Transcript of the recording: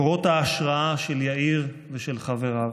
מקורות ההשראה של יאיר ושל חבריו.